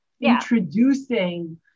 introducing